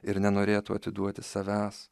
ir nenorėtų atiduoti savęs